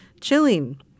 chilling